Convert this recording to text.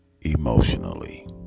emotionally